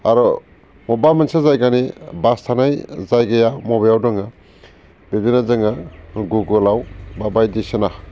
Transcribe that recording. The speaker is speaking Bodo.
आर' मबेबा मोनसे जायगायनि बास थानाय जायगाया मबेयाव दङ बिदिनो जोङो गुगोलाव बा बायदिसिना